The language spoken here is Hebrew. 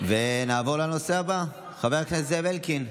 נעבור לנושא הבא, חבר הכנסת זאב אלקין.